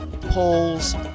polls